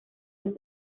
with